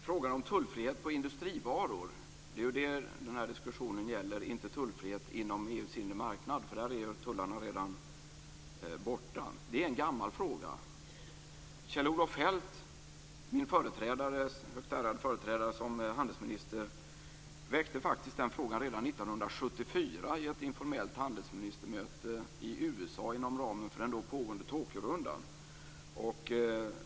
Fru talman! Frågan om tullfrihet på industrivaror som den här diskussionen gäller - inte tullfrihet inom EU:s inre marknad, för här är tullarna redan borttagna - är en gammal fråga. Kjell-Olof Feldt, min högt ärade företrädare som handelsminister, väckte faktiskt denna fråga redan inom ramen för den då pågående Tokyorundan.